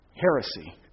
Heresy